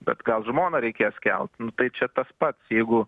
bet gal žmoną reikės kelt tai čia tas pats jeigu